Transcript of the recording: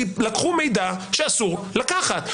כי לקחו מידע שאסור לקחת.